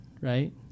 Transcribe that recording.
right